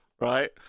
right